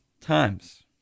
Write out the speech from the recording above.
times